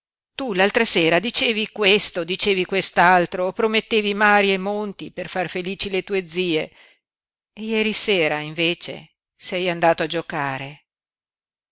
tu tu l'altra sera dicevi questo dicevi quest'altro promettevi mari e monti per far felici le tue zie e ieri sera invece sei andato a giocare